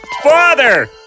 Father